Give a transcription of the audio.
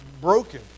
broken